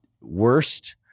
worst